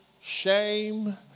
shame